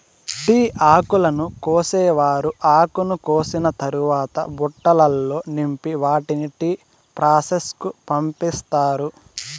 tea ఆకును కోసేవారు ఆకును కోసిన తరవాత బుట్టలల్లో నింపి వాటిని టీ ప్రాసెస్ కు పంపిత్తారు